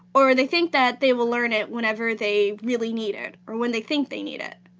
or they think that they will learn it whenever they really need it or when they think they need it.